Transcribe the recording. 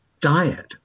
diet